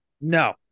No